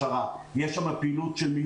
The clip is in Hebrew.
עושים ועל הקשיים שהם נתקלים בהם בלמידה מרחוק.